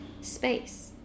space